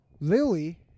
Lily